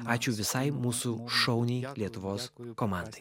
ačiū visai mūsų šauniai lietuvos komandai